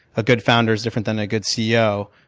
a good founder is different than a good ceo.